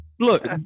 Look